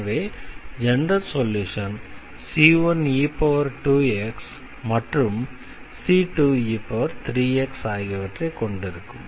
எனவே general solution c1e2x மற்றும் c2e3x ஆகியவற்றை கொண்டு இருக்கும்